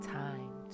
time